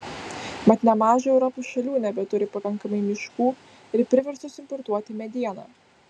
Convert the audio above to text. mat nemaža europos šalių nebeturi pakankamai miškų ir priverstos importuoti medieną